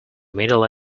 middle